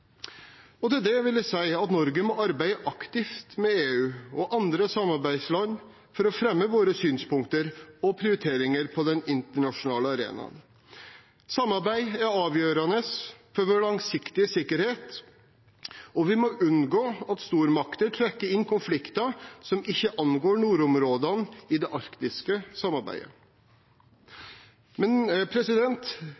Til det vil jeg si at Norge må arbeide aktivt med EU og andre samarbeidsland for å fremme våre synspunkter og prioriteringer på den internasjonale arena. Samarbeid er avgjørende for vår langsiktige sikkerhet, og vi må unngå at stormakter trekker inn konflikter som ikke angår nordområdene i det arktiske